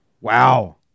Wow